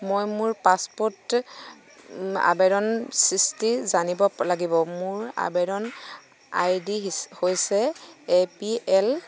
মই মোৰ পাছপোৰ্ট আবেদন স্থিতি জানিব লাগিব মোৰ আবেদন আই ডি হৈছে এ পি এল